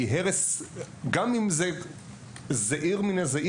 גם אם זה הרס זעיר מאוד,